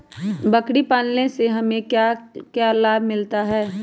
बकरी पालने से हमें क्या लाभ मिलता है?